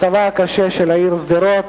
מצבה הקשה של העיר שדרות